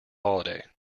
holiday